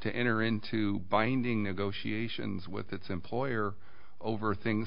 to enter into binding negotiations with its employer over things